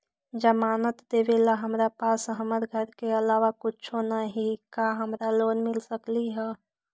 जमानत देवेला हमरा पास हमर घर के अलावा कुछो न ही का हमरा लोन मिल सकई ह?